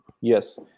Yes